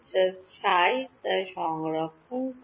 যা Ψ সংরক্ষণ করে